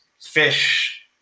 fish